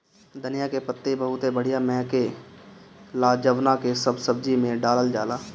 धनिया के पतइ बहुते बढ़िया महके ला जवना के सब सब्जी में डालल जाला